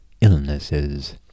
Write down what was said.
illnesses